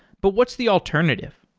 but what's the alternative?